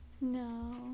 no